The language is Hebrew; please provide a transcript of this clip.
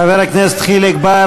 חבר הכנסת חיליק בר,